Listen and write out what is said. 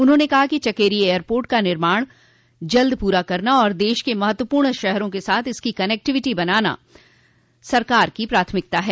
उन्होंने कहा कि चकेरी एयरपोर्ट का निर्माण काय जल्द पूरा करना और देश के महत्वपूर्ण शहरों के साथ इसकी कनेक्टिविटी बनाना सरकार की प्राथमिकता है